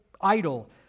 idol